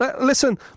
Listen